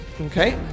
Okay